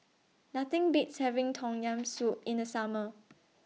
Nothing Beats having Tom Yam Soup in The Summer